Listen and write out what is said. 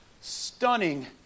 stunning